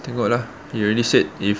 tengok lah you already said if